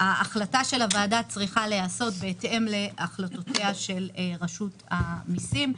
ההחלטה של הוועדה צריכה להיעשות בהתאם להחלטותיה של רשות המיסים.